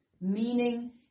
Meaning